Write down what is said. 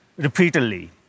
repeatedly